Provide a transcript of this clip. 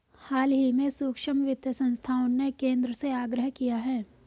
हाल ही में सूक्ष्म वित्त संस्थाओं ने केंद्र से आग्रह किया है